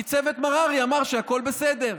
כי צוות מררי אמר שהכול בסדר.